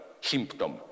symptom